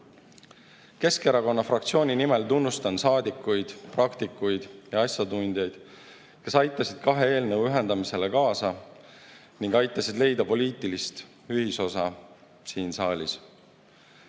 peale. Keskerakonna fraktsiooni nimel tunnustan saadikuid, praktikuid ja asjatundjaid, kes aitasid kahe eelnõu ühendamisele kaasa ning aitasid leida poliitilist ühisosa siin saalis.